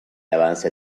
avance